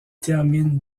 termine